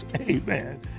Amen